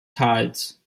tals